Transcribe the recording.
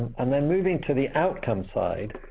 and then moving to the outcome side,